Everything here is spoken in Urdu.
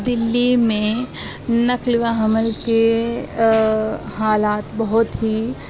دلی میں نقل و حمل کے حالات بہت ہی